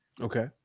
Okay